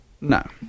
No